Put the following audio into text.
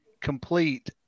complete